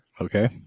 Okay